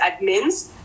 admins